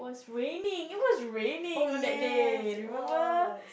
raining it was raining on that day remember